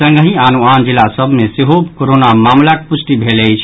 संगहि आनो आन जिला सभ मे सेहो कोरोना मामिलाक पुष्टि भेल अछि